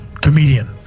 Comedian